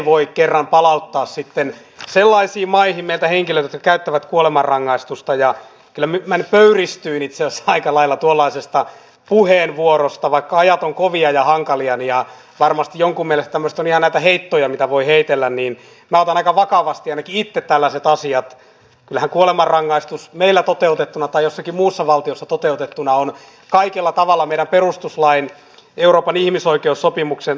totta kai kiitos myös hallitukselle siitä että henkilöt käyttävät kuolemanrangaistusta ja kylmimmän pöyristyin ensimmäistä kertaa neljään vuoteen tämä talousarvio tulee olemaan kuntataloutta vahvistava ja varmasti jonkun mielestä mustan jään heikkoja voi heitellä niin balalaika vakavasti niitä tällaiset asiat kyllä kuolemanrangaistus meillä toteutettuna tai jossakin koko kehyskaudellakin se on sitä vahvistava